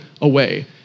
away